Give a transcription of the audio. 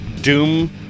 doom